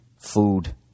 food